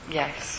yes